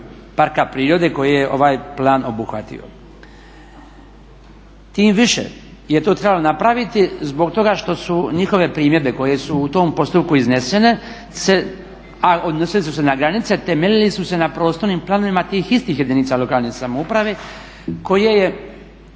parka prirode koje je ovaj plan obuhvatio. Tim više je to trebalo napraviti zbog toga što su njihove primjedbe koje su u tom postupku iznesene, a odnosile su se na granice temeljili su se na prostornim planovima tih istih jedinica lokalne samouprave koje je